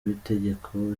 w’itegeko